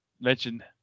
Mentioned